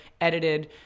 edited